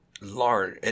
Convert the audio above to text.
large